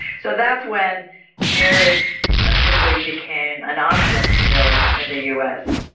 so that's when marriage officially became an option, really, in the us.